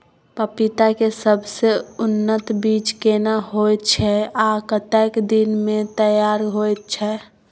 पपीता के सबसे उन्नत बीज केना होयत छै, आ कतेक दिन में तैयार होयत छै?